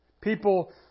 People